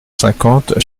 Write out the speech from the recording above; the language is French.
cinquante